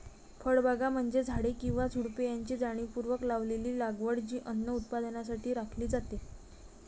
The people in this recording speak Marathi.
फळबागा म्हणजे झाडे किंवा झुडुपे यांची जाणीवपूर्वक लावलेली लागवड जी अन्न उत्पादनासाठी राखली जाते